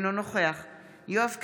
אינו נוכח יואב קיש,